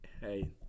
Hey